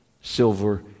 silver